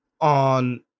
on